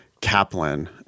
Kaplan